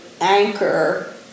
anchor